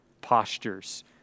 postures